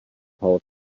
hause